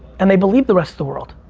and they believe the rest of the world.